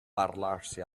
parlarsi